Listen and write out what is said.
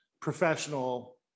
professional